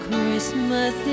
Christmas